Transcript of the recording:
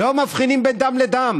לא מבחינים בין דם לדם,